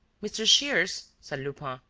mr. shears, said lupin,